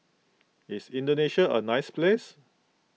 is Indonesia a nice place